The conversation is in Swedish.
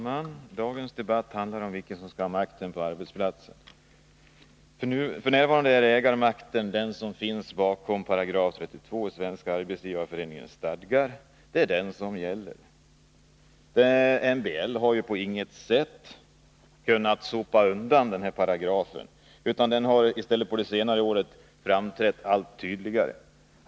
Fru talman! Dagens debatt handlar om vilken som skall ha makten på arbetsplatsen. F.n. är det den ägarmakt som finns bakom 32 § i Svenska arbetsgivareföreningens stadgar som gäller. MBL har på inget sätt kunnat sopa undan den paragrafen, utan den har i stället under de senaste åren framträtt allt tydligare.